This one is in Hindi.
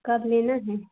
कब लेना है